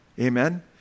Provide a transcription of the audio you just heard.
amen